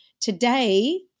today